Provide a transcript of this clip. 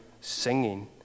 singing